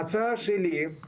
ההצעה שלי היא